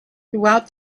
throughout